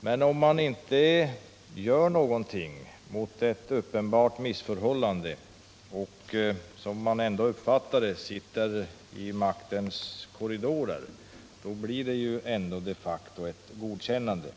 Men om man inte gör någonting åt ett uppenbart missförhållande och när man, som det ändå uppfattas, sitter i maktens korridorer blir det de facto ett godkännande.